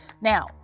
now